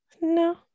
No